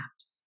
apps